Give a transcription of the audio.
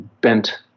bent